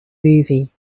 movie